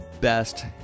best